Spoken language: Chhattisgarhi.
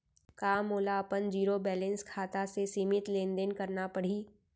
का मोला अपन जीरो बैलेंस खाता से सीमित लेनदेन करना पड़हि?